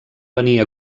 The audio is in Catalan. venir